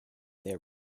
their